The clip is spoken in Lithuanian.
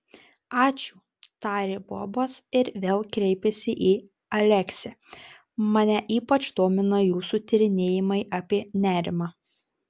ačiū tarė bobas ir vėl kreipėsi į aleksę mane ypač domina jūsų tyrinėjimai apie nerimą